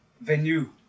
Venue